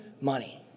money